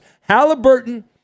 Halliburton